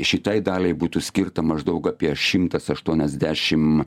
šitai daliai būtų skirta maždaug apie šimtas aštuoniasdešim